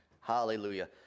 Hallelujah